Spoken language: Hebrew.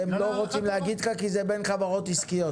הם לא רוצים להגיד לך כי זה בין חברות עסקיות.